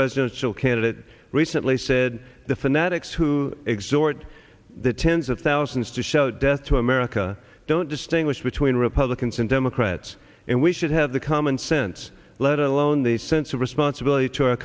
presidential candidate recently said the fanatics who exhort the tens of thousands to show death to america don't distinguish between republicans and democrats and we should have the common sense let alone the sense of responsibility to our